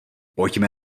pojďme